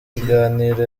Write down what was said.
kiganiro